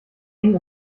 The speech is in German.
eng